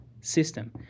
system